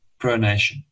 pronation